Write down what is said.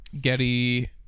Getty